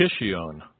Kishion